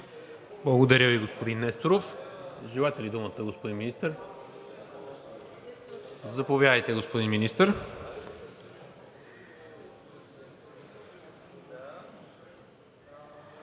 Благодаря Ви, господин Несторов. Желаете ли думата, господин Министър? Заповядайте, господин Министър.